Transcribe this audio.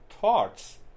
thoughts